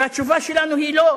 והתשובה שלנו היא לא.